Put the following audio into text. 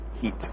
heat